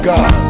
God